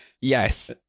Yes